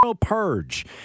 purge